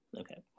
okay